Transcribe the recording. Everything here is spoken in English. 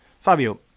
Fabio